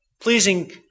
pleasing